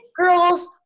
Girls